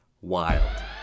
wild